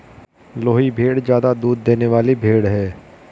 लोही भेड़ ज्यादा दूध देने वाली भेड़ है